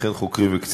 וכן חוקרים וקצינים.